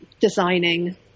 designing